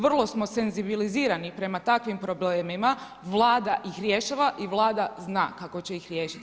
Vrlo smo senzibilizirani prema takvim problemima, Vlada ih rješava i Vlada zna kako će ih riješiti.